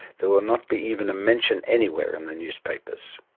there will not be even a mention anywhere in the newspapers.